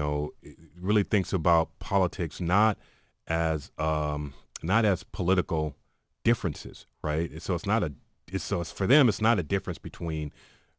know really thinks about politics not as not as political differences right so it's not a it's so it's for them it's not a difference between